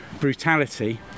brutality